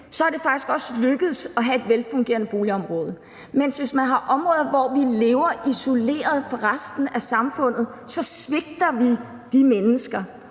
er det faktisk også lykkedes at have et velfungerende boligområde. Men hvis vi har områder, hvor man lever isoleret fra resten af samfundet, svigter vi de mennesker,